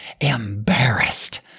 embarrassed